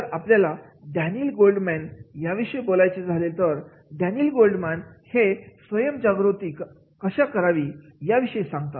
जर आपल्याला Daniel Goldman याविषयी बोलायचे झाले तर डॅनियल गोल्डमॅन हे स्वयम् जागृती कशी करावी याविषयी सांगतात